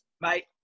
Mate